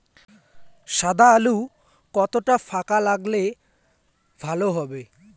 সাদা আলু কতটা ফাকা লাগলে ভালো হবে?